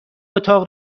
اتاق